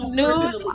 news